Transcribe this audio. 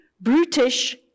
brutish